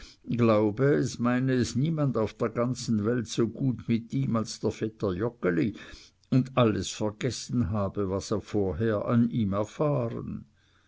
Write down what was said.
glaube es meine es niemand auf der ganzen welt so gut mit ihm als der vetter joggeli und alles vergessen habe was er vorher an ihm erfahren